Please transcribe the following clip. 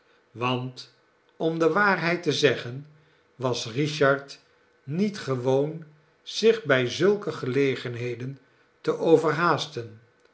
want om de waarheid te zeggen was richard niet gewoon zich bij zulke gelegenheden te